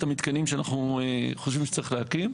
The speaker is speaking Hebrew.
המתקנים שאנחנו חושבים שצריך להקים.